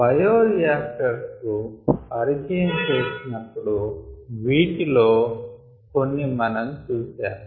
bioreactors కు పరిచయం చేసినపుడు వీటిలో కొన్ని మనం చూశాము